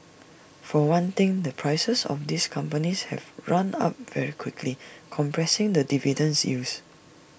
for one thing the prices of these companies have run up very quickly compressing the dividend yields